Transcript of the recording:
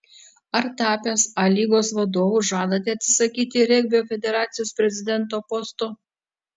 ar tapęs a lygos vadovu žadate atsisakyti regbio federacijos prezidento posto